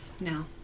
no